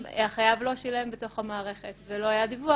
אם החייב לא שילם בתוך המערכת ולא היה דיווח,